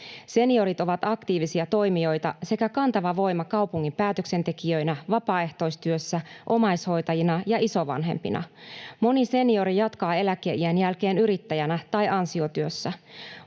Seniorit ovat aktiivisia toimijoita sekä kantava voima kaupungin päätöksentekijöinä, vapaaehtoistyössä, omaishoitajina ja isovanhempina. Moni seniori jatkaa eläkeiän jälkeen yrittäjänä tai ansiotyössä,